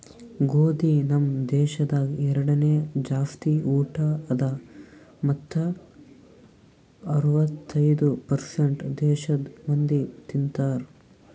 ಗೋದಿ ನಮ್ ದೇಶದಾಗ್ ಎರಡನೇ ಜಾಸ್ತಿ ಊಟ ಅದಾ ಮತ್ತ ಅರ್ವತ್ತೈದು ಪರ್ಸೇಂಟ್ ದೇಶದ್ ಮಂದಿ ತಿಂತಾರ್